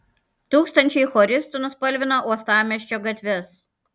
tūkstančiai choristų nuspalvino uostamiesčio gatves